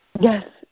Yes